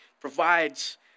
provides